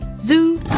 Zoo